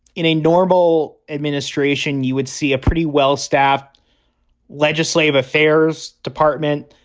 in a normal administration, you would see a pretty well staffed legislative affairs department.